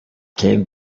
came